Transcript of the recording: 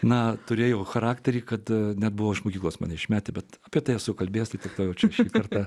na turėjau charakterį kad nebuvo iš mokyklos mane išmetę bet kad esu kalbėjęs tai tikrai jaučiu šį kartą